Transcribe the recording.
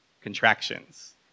contractions